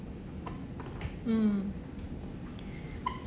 mm